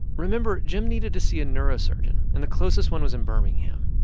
remember jim needed to see a neurosurgeon, and the closest one was in birmingham.